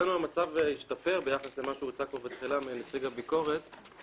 אצלנו המצב השתפר ביחס למה שהוצג בתחילה על ידי נציג משרד מבקר המדינה.